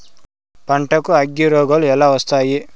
పంటకు అగ్గిరోగాలు ఎలా వస్తాయి?